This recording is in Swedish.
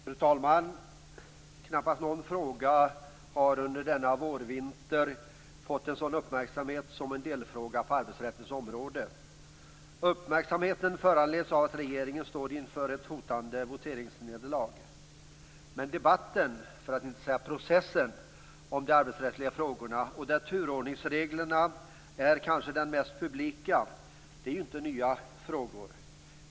Fru talman! Knappast någon fråga har under denna vårvinter fått en sådan uppmärksamhet som en delfråga på arbetsrättens område. Uppmärksamheten föranleds av att regeringen står inför ett hotande voteringsnederlag. Men debatten - för att inte säga processen - om de arbetsrättsliga frågorna, där turordningsreglerna kanske är den mest publika frågan, är ju inte ny.